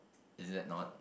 is that not